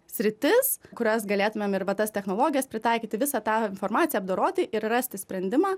sritis kurias galėtumėm ir va tas technologijas pritaikyti visą tą informaciją apdoroti ir rasti sprendimą